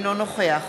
אינו נוכח